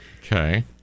Okay